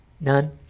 None